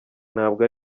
ntabwo